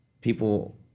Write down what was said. people